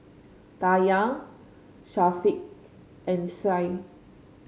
Dayang Syafiqah and Syed